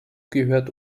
gehört